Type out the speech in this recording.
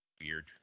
weird